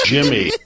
Jimmy